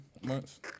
months